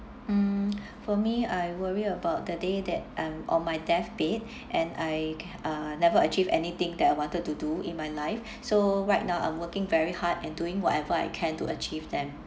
mm for me I worry about the day that I'm on my deathbed and I uh never achieve anything that I wanted to do in my life so right now I'm working very hard and doing whatever I can to achieve them